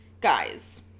Guys